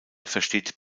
versteht